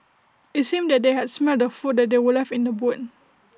IT seemed that they had smelt the food that were left in the boot